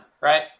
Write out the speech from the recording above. right